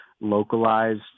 localized